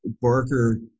Barker